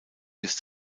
bis